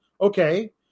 Okay